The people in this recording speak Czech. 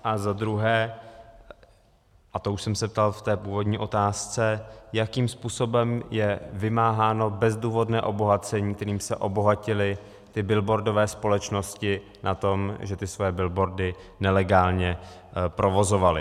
A za druhé, a to už jsem se ptal v původní otázce, jakým způsobem je vymáháno bezdůvodné obohacení, kterým se obohatily billboardové společnosti na tom, že své billboardy nelegálně provozovaly.